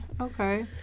okay